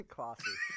Classy